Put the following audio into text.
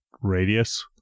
radius